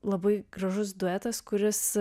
labai gražus duetas kuris